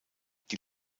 die